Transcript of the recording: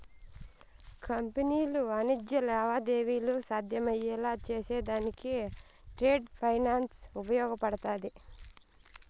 కంపెనీలు వాణిజ్య లావాదేవీలు సాధ్యమయ్యేలా చేసేదానికి ట్రేడ్ ఫైనాన్స్ ఉపయోగపడతాది